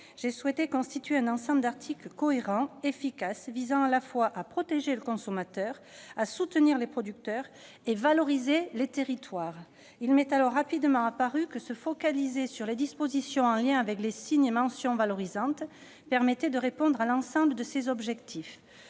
la loi Égalim, un ensemble d'articles cohérents et efficaces, visant à la fois à protéger le consommateur, à soutenir les producteurs et à valoriser les territoires. Il m'est alors rapidement apparu que se focaliser sur les dispositions en lien avec les signes et mentions valorisantes permettait de répondre à l'ensemble de ces objectifs.